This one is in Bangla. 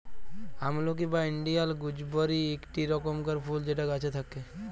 আমলকি বা ইন্ডিয়াল গুজবেরি ইকটি রকমকার ফুল যেটা গাছে থাক্যে